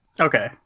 Okay